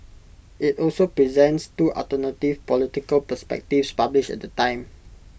IT also presents two alternative political perspectives published at the time